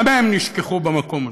גם הם נשכחו במקום הזה.